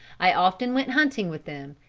i often went hunting with them,